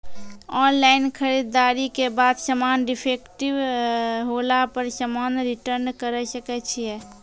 Online खरीददारी के बाद समान डिफेक्टिव होला पर समान रिटर्न्स करे सकय छियै?